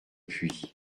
puits